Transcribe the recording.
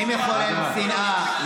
מי מחולל שנאה?